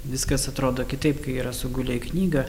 viskas atrodo kitaip kai yra sugulę į knygą